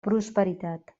prosperitat